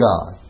God